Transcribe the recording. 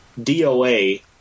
DOA